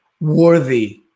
worthy